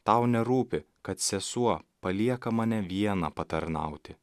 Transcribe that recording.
tau nerūpi kad sesuo palieka mane vieną patarnauti